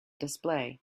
display